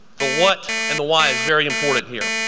the what and the why is very important here.